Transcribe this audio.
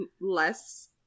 less